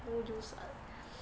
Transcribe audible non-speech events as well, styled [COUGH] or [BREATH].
no use ah [BREATH]